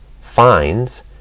finds